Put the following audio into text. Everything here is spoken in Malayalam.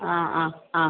ആ ആ ആ